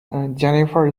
jennifer